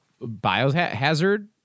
Biohazard